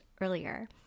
earlier